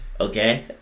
okay